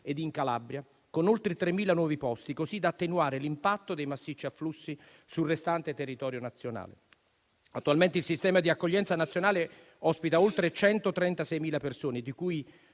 ed in Calabria, con oltre 3.000 nuovi posti, così da attenuare l'impatto dei massicci afflussi sul restante territorio nazionale. Attualmente il sistema di accoglienza nazionale ospita oltre 136.000 persone di cui